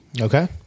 Okay